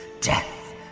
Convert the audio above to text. Death